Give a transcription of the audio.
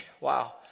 Wow